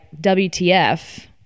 WTF